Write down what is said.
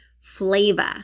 flavor